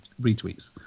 retweets